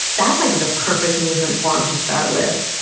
that's like the perfect movement form to start with.